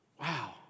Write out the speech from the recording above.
Wow